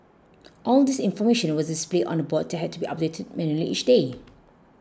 all this information was displayed on a board that had to be updated manually each day